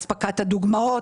הספקת הדוגמאות,